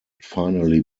finally